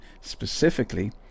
specifically